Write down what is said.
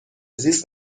زیست